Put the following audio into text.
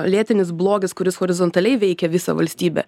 lėtinis blogis kuris horizontaliai veikia visą valstybę